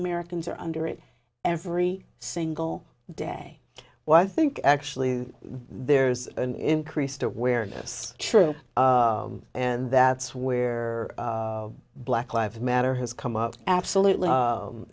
americans are under it every single day when i think actually there's an increased awareness true and that's where black live matter has come up absolutely